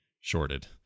shorted